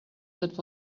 that